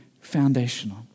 foundational